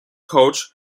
coach